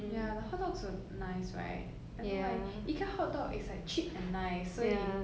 ya the hotdog's were nice right I don't know eh ikea hotdog is like cheap and nice 所以